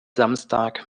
samstag